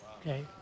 okay